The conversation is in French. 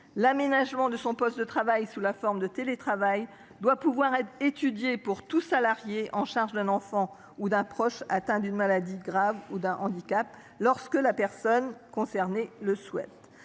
L’aménagement du poste de travail sous la forme du télétravail doit pouvoir être étudié pour tout salarié chargé d’un enfant ou d’un proche atteint d’une maladie grave ou d’un handicap, lorsque l’intéressé le souhaite.